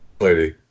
lady